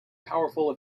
powerful